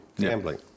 gambling